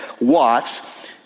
Watts